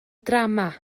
drama